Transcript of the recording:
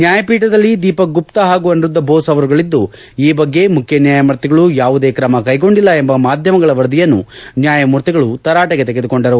ನ್ಯಾಯಪೀಠದಲ್ಲಿ ದೀಪಕ್ ಗುಪ್ತ ಹಾಗೂ ಅನಿರುದ್ದ ಬೋಸ್ ಅವರುಗಳಿದ್ದು ಈ ಬಗ್ಗೆ ಮುಖ್ಯ ನ್ಯಾಯಮೂರ್ತಿಗಳು ಯಾವುದೇ ಕ್ರಮ ಕೈಗೊಂಡಿಲ್ಲ ಎಂಬ ಮಾಧ್ಯಮಗಳ ವರದಿಯನ್ನು ನ್ಯಾಯಮೂರ್ತಿಗಳು ತರಾಟೆಗೆ ತೆಗೆದುಕೊಂಡರು